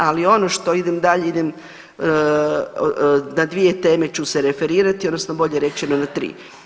Ali ono što idem dalje, idem na dvije teme ću se referirati, odnosno bolje rečeno na tri.